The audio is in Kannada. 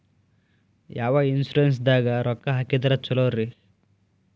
ಯಾವ ಇನ್ಶೂರೆನ್ಸ್ ದಾಗ ರೊಕ್ಕ ಹಾಕಿದ್ರ ಛಲೋರಿ?